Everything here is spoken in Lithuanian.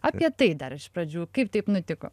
apie tai dar iš pradžių kaip taip nutiko